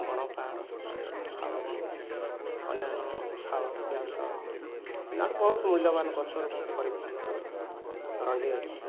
ବଣ ପାହାଡ଼ ତଥା ଶାଳ ବଣ ଅନ୍ୟାନ୍ୟ ଶାଳ ପିଆଶାଳ ମାନେ ଆଉ ବହୁତ ମୁଲ୍ୟବାନ ଗଛର ପରିପୂର୍ଣ୍ଣ ହୋଇ ରହିଅଛି